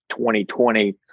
2020